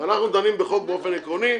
אנחנו דנים חוק באופן עקרוני,